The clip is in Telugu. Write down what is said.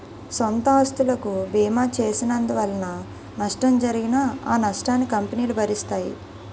సొంత ఆస్తులకు బీమా చేసినందువలన నష్టం జరిగినా ఆ నష్టాన్ని కంపెనీలు భరిస్తాయి